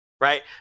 right